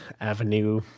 avenue